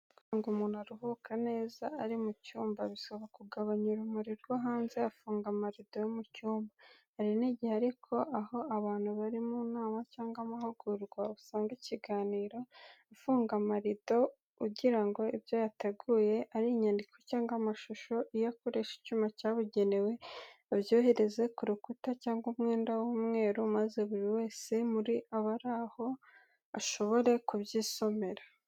Kugira ngo umuntu aruhuke neza ari mu cyumba bisaba kugabanya urumuri rwo hanze afunga amarido yo mu cyumba. Hari n'igihe ariko aho abantu bari mu nama cyangwa amahugurwa, utanga ikiganiro afunga amarido kugira ngo ibyo yateguye, ari inyandiko cyangwa amashusho, iyo akoresha icyuma cyabugenewe, abyohereze ku rukuta cyangwa umwenda w'umweru maze buri wese muri abari aho ashobore kubyisomera.